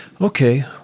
okay